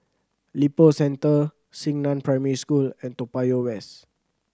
Lippo Centre Xingnan Primary School and Toa Payoh West